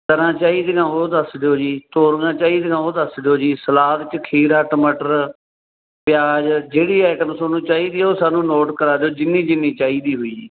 ਤਰਾਂ ਚਾਹੀਦੀਆਂ ਉਹ ਦੱਸ ਦਿਓ ਜੀ ਤੋਰੀਆਂ ਚਾਹੀਦੀਆਂ ਉਹ ਦੱਸ ਦਿਓ ਜੀ ਸਲਾਦ 'ਚ ਖੀਰਾ ਟਮਾਟਰ ਪਿਆਜ ਜਿਹੜੀ ਆਈਟਮ ਤੁਹਾਨੂੰ ਚਾਹੀਦੀ ਉਹ ਸਾਨੂੰ ਨੋਟ ਕਰਾ ਦਿਓ ਜਿੰਨੀ ਜਿੰਨੀ ਚਾਹੀਦੀ ਹੋਈ ਜੀ